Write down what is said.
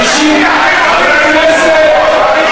חבר הכנסת אילן גילאון.